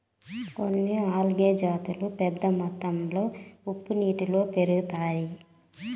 కొన్ని ఆల్గే జాతులు పెద్ద మొత్తంలో ఉప్పు నీళ్ళలో పెరుగుతాయి